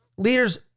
Leaders